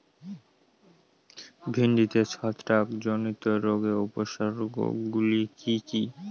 ভিন্ডিতে ছত্রাক জনিত রোগের উপসর্গ গুলি কি কী?